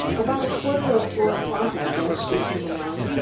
about a quarter of four o'clock, i guess, she came along.